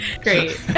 Great